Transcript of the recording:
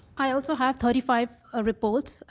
i also have thirty five ah reports,